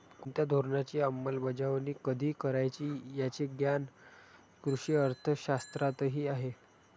कोणत्या धोरणाची अंमलबजावणी कधी करायची याचे ज्ञान कृषी अर्थशास्त्रातही आहे